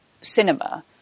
cinema